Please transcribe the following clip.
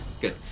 good